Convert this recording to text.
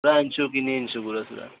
নাই আনিছোঁ কিনি আনিছোঁ গুৰা চুৰা